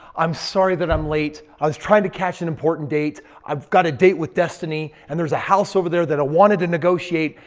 i'm sorry that i'm late. i was trying to catch an important date. i've got a date with destiny and there's a house over there that i wanted to negotiate.